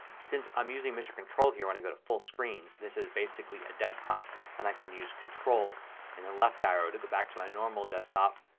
since i'm using mission control here when i go to full screen this is basically a desktop and i can use control and and left arrow to go back to my normal desktop,